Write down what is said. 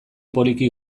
poliki